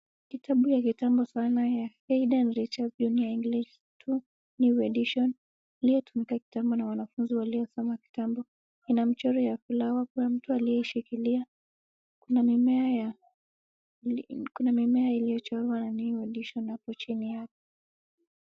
Kitabu cha kitambo sana cha Hydin Richards Junior English two, New Edition iliyotumika kitambo na wanafunzi waliosaoma kitambo. Ina mchoroo ya flower .Kuna mtu aliyeishikilia. Kuna mimea iliyochorwa na new edition hapo chini yake.